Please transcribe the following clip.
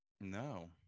No